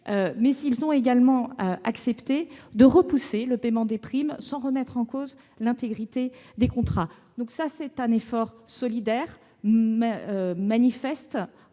assureurs ont de surcroît accepté de repousser le paiement des primes sans remettre en cause l'intégrité des contrats. C'est un effort solidaire, manifeste